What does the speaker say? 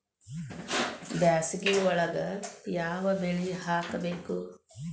ಬ್ಯಾಸಗಿ ಒಳಗ ಯಾವ ಬೆಳಿ ಹಾಕಬೇಕು?